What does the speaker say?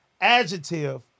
adjective